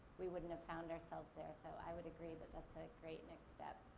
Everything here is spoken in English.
we wouldn't have found ourselves there. so, i would agree with, that's a great next step.